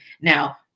Now